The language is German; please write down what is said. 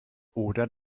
oder